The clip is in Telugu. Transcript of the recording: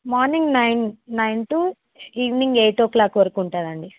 morning nine nine to evening eight o'clock వరకు ఉంటుంది అండి